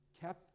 kept